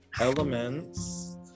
elements